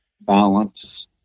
balance